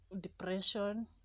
depression